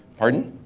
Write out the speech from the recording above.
pardon?